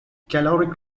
caloric